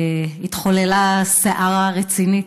התחוללה סערה רצינית.